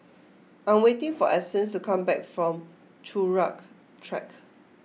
I'm waiting for Essence to come back from Turut Track